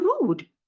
rude